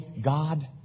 God